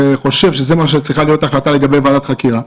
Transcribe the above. אני חושב שזו צריכה להיות ההחלטה לגבי ועדת חקירה,